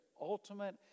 ultimate